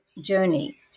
journey